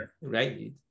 right